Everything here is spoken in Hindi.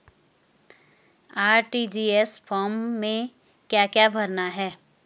आर.टी.जी.एस फार्म में क्या क्या भरना है?